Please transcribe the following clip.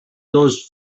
those